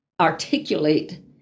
articulate